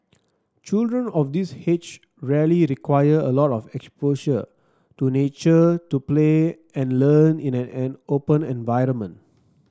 children of this age really require a lot of exposure to nature to play and learn in a an open environment